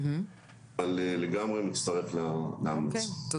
אבל אני לגמרי מצטרף להמלצה.